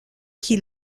qui